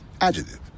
Adjective